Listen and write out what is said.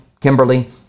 Kimberly